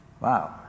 wow